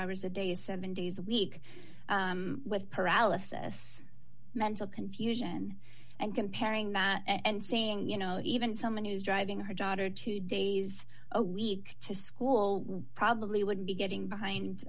hours a day seven days a week with paralysis mental confusion and comparing that and saying you know even someone who's driving her daughter two days a week to school probably would be getting behind